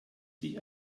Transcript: sich